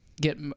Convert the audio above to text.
get